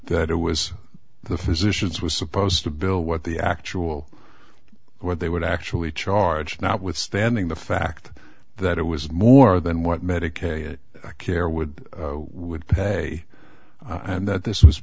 that it was the physicians was supposed to bill what the actual what they would actually charge notwithstanding the fact that it was more than what medicaid care would would pay and that this was